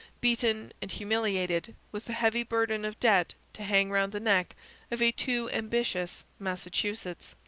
beaten and humiliated, with a heavy burden of debt to hang round the neck of a too ambitious massachusetts.